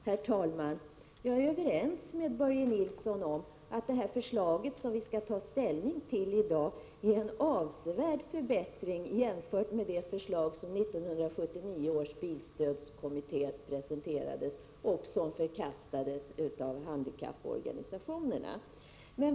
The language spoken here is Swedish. Herr talman! Jag är överens med Börje Nilsson om att detta förslag som vi 19 maj 1988 skall ta ställning till i dag är avsevärt bättre än det som 1979 års bilstödskommitté presenterade, och som förkastades av handikapporganisationerna.